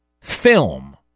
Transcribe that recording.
film